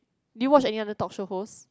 did you watch any other talk show host